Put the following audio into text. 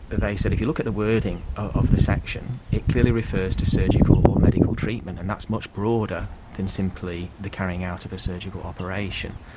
they said, if you look at the wording of the section, it clearly refers to surgical or medical treatment, and that's much broader than simply the carrying out of a surgical operation,